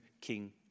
King